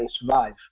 survive